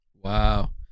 Wow